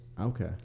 Okay